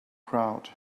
crowd